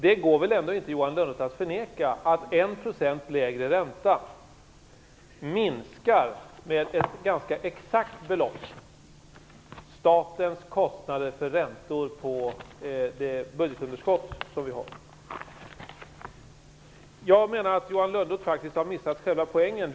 Det går väl ändå inte, Johan Lönnroth, att förneka att 1 % lägre ränta med ett ganska exakt belopp minskar statens kostnader för räntor på grund av det budgetunderskott som vi har. Jag menar att Johan Lönnroth faktiskt har missat själva poängen.